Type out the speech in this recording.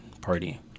party